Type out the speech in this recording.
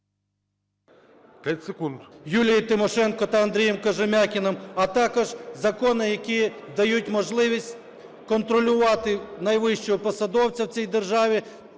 …Юлією Тимошенко та Андрієм Кожем'якіним, а також закони, які дають можливість контролювати найвищого посадовця в цій державі,